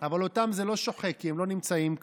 אבל אותם זה לא שוחק, כי הם לא נמצאים כאן.